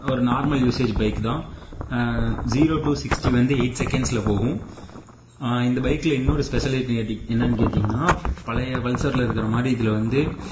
ஒரு normal usage பைக்தான் zero to sixty வந்து எயிட் செகண்ட்ஸில் போகும் இந்த பைக்கில் இன்னொரு ஸ்பெஷல் என்னனு கேட்டிங்கனா பழைய பல்சரில் இருக்கிற மாதிரி இதில் வந்து